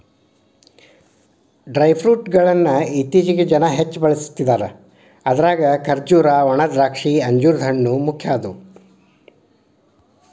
dry fruit ಗಳ್ಳನ್ನ ಇತ್ತೇಚಿಗೆ ಜನ ಹೆಚ್ಚ ಬಳಸ್ತಿದಾರ ಅದ್ರಾಗ ಖರ್ಜೂರ, ಒಣದ್ರಾಕ್ಷಿ, ಅಂಜೂರದ ಹಣ್ಣು, ಮುಖ್ಯವಾದವು